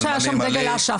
העיקר שהיה שם דגל אש"ף.